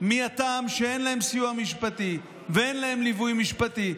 מהטעם שאין להם סיוע משפטי ואין להם ליווי משפטי,